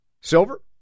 silver